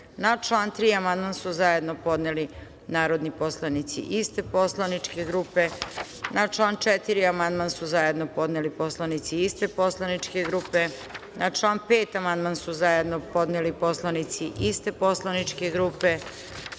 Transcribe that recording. član 3. amandman su zajedno podneli narodni poslanici iste poslaničke grupe. Na član 4. amandman su zajedno podneli narodni poslanici iste poslaničke grupe. Na član 5. amandman su zajedno podneli poslanici iste poslaničke grupe. Na